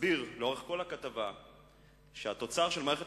מסביר לאורך כל הכתבה שהתוצר של מערכת